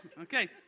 Okay